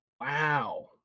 Wow